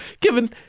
given